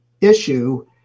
issue